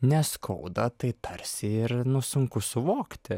neskauda tai tarsi ir nu sunku suvokti